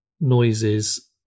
noises